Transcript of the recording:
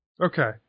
Okay